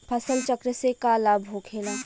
फसल चक्र से का लाभ होखेला?